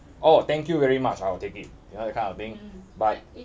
oh thank you very much I will take it you know that kind of thing but